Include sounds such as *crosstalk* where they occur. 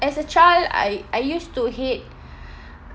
as a child I I used to hate *breath*